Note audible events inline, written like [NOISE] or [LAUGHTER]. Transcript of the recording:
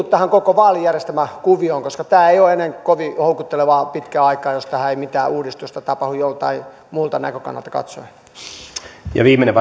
[UNINTELLIGIBLE] tähän koko vaalijärjestelmäkuvioon koska tämä ei ole kovin houkuttelevaa pitkään aikaan jos tähän ei mitään uudistusta tapahdu joltain muulta näkökannalta katsoen viimeinen [UNINTELLIGIBLE]